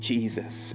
Jesus